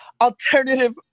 alternative